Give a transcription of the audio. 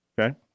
okay